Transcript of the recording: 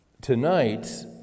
Tonight